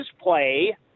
play